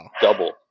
double